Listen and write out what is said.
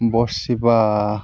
বরশি বা